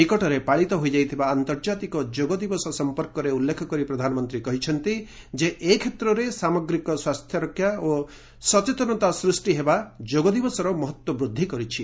ନିକଟରେ ପାଳିତ ହୋଇଯାଇଥିବା ଆନ୍ତର୍ଜାତିକ ଯୋଗ ଦିବସ ସଂପର୍କରେ ଉଲ୍ଲେଖ କରି ପ୍ରଧାନମନ୍ତ୍ରୀ କହିଛନ୍ତି ଯେ ଏ କ୍ଷେତ୍ରରେ ସାମଗ୍ରୀକ ସ୍ପାସ୍ଥ୍ୟରକ୍ଷା ଓ ସଚେତନତା ସୃଷ୍ଟି ହେବା ଯୋଗ ଦିବସର ମହତ୍ୱ ବୃଦ୍ଧି କରିଛି